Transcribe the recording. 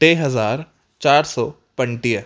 टे हज़ार चारि सौ पंजटीह